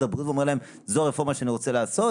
הבריאות ואמר להם שזו רפורמה שהוא רוצה לעשות.